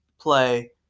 play